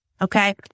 okay